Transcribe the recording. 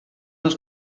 als